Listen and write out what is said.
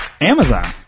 amazon